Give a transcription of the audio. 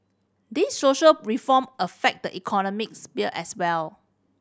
these social reform affect the economic sphere as well